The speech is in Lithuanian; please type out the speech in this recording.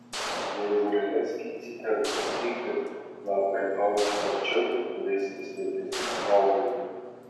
jei žoleles skinsite rūpestingai lapai augs sparčiau ir turėsite sveikesnius augalus